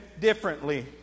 differently